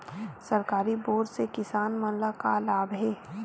सरकारी बोर से किसान मन ला का लाभ हे?